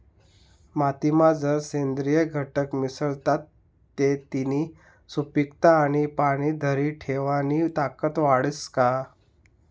मातीमा जर सेंद्रिय घटक मिसळतात ते तिनी सुपीकता आणि पाणी धरी ठेवानी ताकद वाढस का?